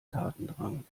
tatendrang